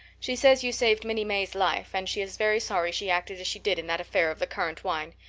she says you saved minnie may's life, and she is very sorry she acted as she did in that affair of the currant wine.